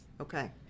Okay